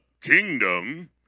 kingdom